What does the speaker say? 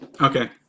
Okay